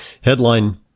Headline